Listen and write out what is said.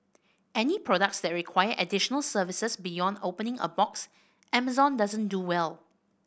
any products that require additional services beyond opening a box Amazon doesn't do well